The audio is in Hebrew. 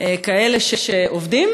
כאלה שעובדים,